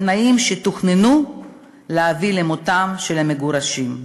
בתנאים שתוכננו להביא למותם של המגורשים.